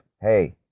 hey